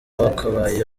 wakabaye